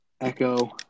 Echo